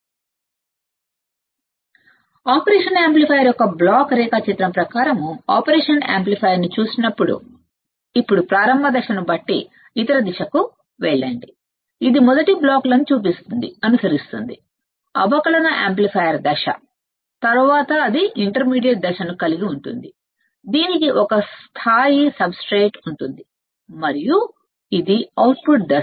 ప్రారంభ దశను బట్టి ఇతర దిశకు వెళ్లగలదు ఇప్పుడు మనం ఆపరేషన్ యాంప్లిఫైయర్ యొక్క బ్లాక్ రేఖాచిత్రం చూసినప్పుడు బ్లాక్ రేఖాచిత్రం ప్రకారం ఆపరేషన్ యాంప్లిఫైయర్ ఈ క్రింది బ్లాకులను కలిగి ఉందిమొదటిది అవకలన యాంప్లిఫైయర్ దశ రెండవది ఇంటర్మీడియట్ దశను కలిగి ఉంటుంది మూడవది లెవెల్ షిఫ్టర్ దశ మరియు అవుట్పుట్ దశ